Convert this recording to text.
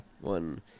one